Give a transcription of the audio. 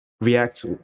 React